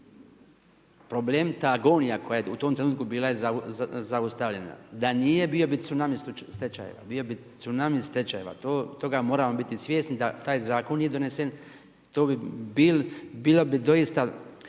je problem, ta agonija koja je u tom trenutku bila je zaustavljena. Da nije bio tsunami stečajeva, toga moramo biti svjesni, da taj zakon nije donesen bilo bi doista